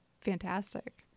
fantastic